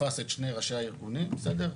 תפס את שני ראשי הארגונים, בסדר,